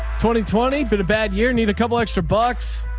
twenty, twenty, but a bad year. need a couple extra bucks.